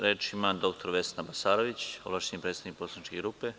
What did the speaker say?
Reč ima dr Vesna Besarović, ovlašćeni predstavnik poslaničke grupe.